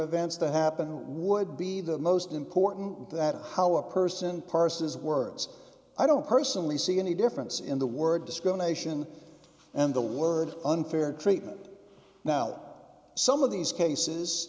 events that happen would be the most important that how a person parses words i don't personally see any difference in the word discrimination and the word unfair treatment now out some of these cases